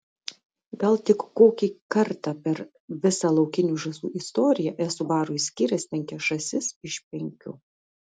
gal tik kokį kartą per visą laukinių žąsų istoriją esu barui skyręs penkias žąsis iš penkių